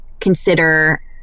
consider